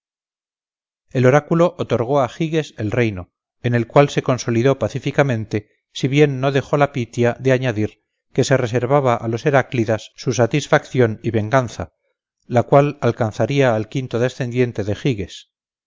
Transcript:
el oráculo otorgó a giges el reino en el cual se consolidó pacíficamente si bien no dejó la pitia de añadir que se reservaba a los heráclidas su satisfacción y venganza la cual alcanzaría al quinto descendiente de giges